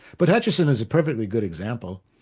but hutcheson is a perfectly good example.